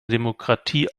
demokratie